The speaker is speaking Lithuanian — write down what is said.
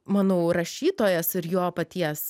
manau rašytojas ir jo paties